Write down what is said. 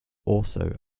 also